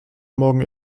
morgen